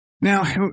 Now